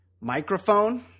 microphone